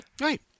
Right